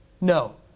No